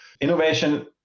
innovation